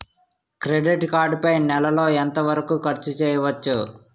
Credit card పై నెల లో ఎంత వరకూ ఖర్చు చేయవచ్చు?